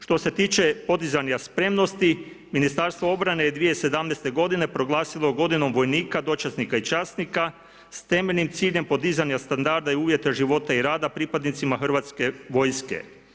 Što se tiče podizanja spremnosti, Ministarstvo obrane je 2017. godine proglasilo godinom vojnika, dočasnika i časnika s temeljnim ciljem podizanja standarda i uvjeta života i rada pripadnicima hrvatske vojske.